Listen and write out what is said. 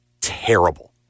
terrible